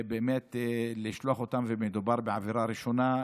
אם מדובר בעבירה ראשונה,